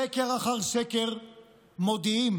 סקר אחר סקר מודים: